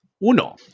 uno